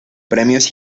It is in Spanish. premios